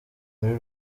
muri